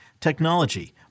technology